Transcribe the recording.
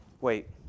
Wait